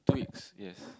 two weeks yes